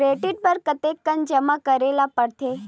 Credit बर कतेकन जमा करे ल पड़थे?